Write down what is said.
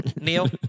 Neil